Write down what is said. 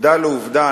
עובדה לעובדה.